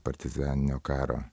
partizaninio karo